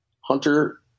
Hunter